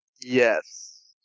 yes